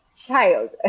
child